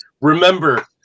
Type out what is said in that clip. remember